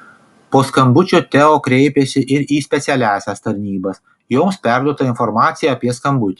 po skambučio teo kreipėsi ir į specialiąsias tarnybas joms perduota informacija apie skambutį